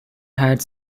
had